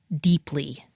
deeply